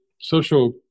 social